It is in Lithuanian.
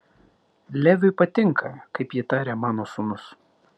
leviui patinka kaip ji taria mano sūnus